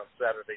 Saturday